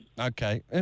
Okay